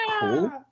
Cool